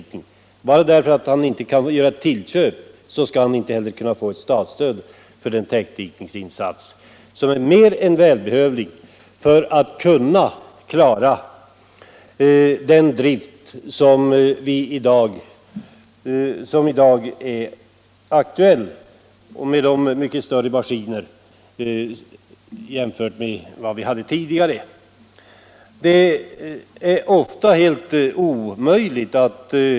Men bara därför att han inte kan göra ett sådant tillköp får han inte heller statligt stöd för denna täckdikning, som är så nödvändig för att han skall kunna klara driften på sitt jordbruk med de mycket större maskiner som nu används jämfört med tidigare.